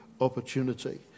opportunity